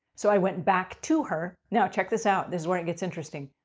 so, i went back to her, now, check this out, this is where it gets interesting.